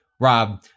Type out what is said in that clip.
Rob